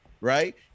right